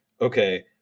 Okay